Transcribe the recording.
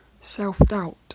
self-doubt